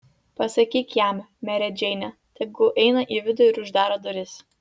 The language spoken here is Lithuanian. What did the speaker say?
pasakyk jam mere džeine tegu eina į vidų ir uždaro duris